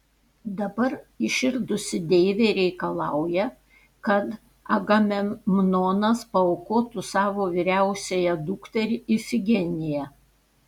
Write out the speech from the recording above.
dabar įširdusi deivė reikalauja kad agamemnonas paaukotų savo vyriausiąją dukterį ifigeniją